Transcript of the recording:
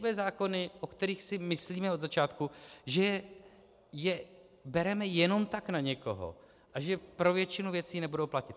Nepišme zákony, o kterých si myslíme od začátku, že je bereme jenom tak na někoho a že pro většinu věcí nebudou platit.